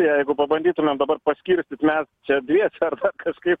jeigu pabandytumėm dabar paskirstyt mes čia dviese ar dar kažkaip